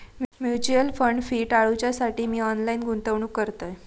mutual fund fee टाळूच्यासाठी मी online गुंतवणूक करतय